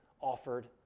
offered